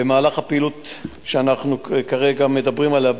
במהלך הפעילות שאנחנו כרגע מדברים עליה,